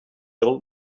old